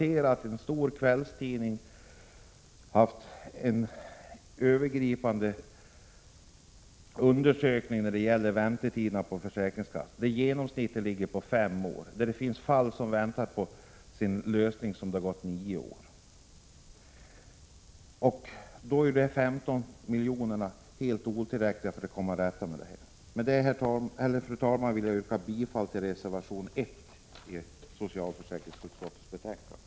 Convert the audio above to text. En stor kvällstidning har gjort en övergripande undersökning av väntetiderna vid försäkringskassorna och funnit att genomsnittet ligger på fem år, och det finns fall som väntar på avgörande sedan nio år. Då är de 15 miljonerna helt otillräckliga. Med det, fru talman, vill jag yrka bifall till reservation 1 vid socialförsäkringsutskottets betänkande.